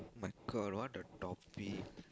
!my god! I don't want that topic